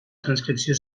transcripció